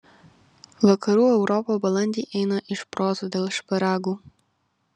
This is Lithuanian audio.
vakarų europa balandį eina iš proto dėl šparagų